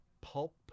Pulp